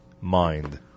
Mind